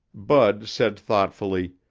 bud said thoughtfully,